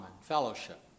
fellowship